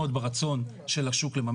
הפרטים של החוק וכל הניואנסים.